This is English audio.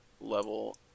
level